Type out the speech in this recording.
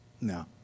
No